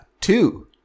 Two